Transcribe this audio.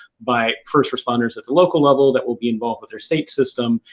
by first responders at the local level that will be involved with their state system.